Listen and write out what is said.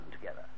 together